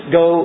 go